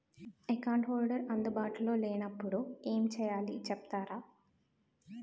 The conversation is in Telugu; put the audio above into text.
అకౌంట్ హోల్డర్ అందు బాటులో లే నప్పుడు ఎం చేయాలి చెప్తారా?